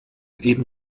eben